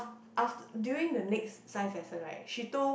after during the next science lesson right she told